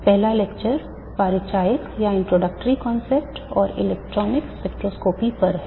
पहला लेक्चर परिचयात्मक अवधारणाओं और इलेक्ट्रॉनिक स्पेक्ट्रोस्कोपी पर है